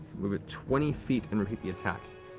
move it twenty feet and repeat the attack.